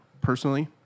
personally